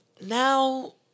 now